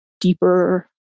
deeper